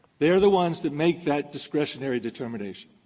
they're the ones that make that discretionary determination.